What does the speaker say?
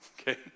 okay